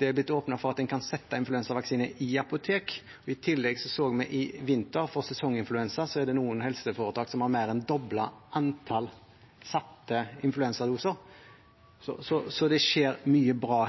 det har blitt åpnet for at en kan sette influensavaksine i apotek. I tillegg så vi i vinter, i forbindelse med sesonginfluensa, at det er noen helseforetak som har mer enn doblet antallet satte influensavaksinedoser. Så det skjer mye bra